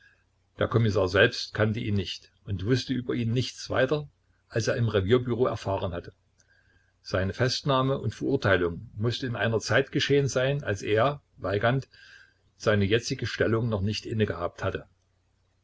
der kommissar selbst kannte ihn nicht und wußte über ihn nichts weiter als er im revierbüro erfahren hatte seine festnahme und verurteilung mußte in einer zeit geschehen sein als er weigand seine jetzige stellung noch nicht innegehabt hatte